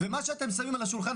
מה שאתם שמים על השולחן,